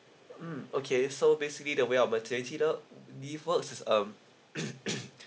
mm okay so basically the way of maternity le~ leave for is um